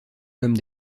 comme